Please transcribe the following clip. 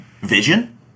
vision